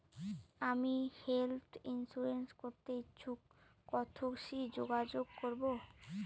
আমি health insurance করতে ইচ্ছুক কথসি যোগাযোগ করবো?